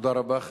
תודה רבה.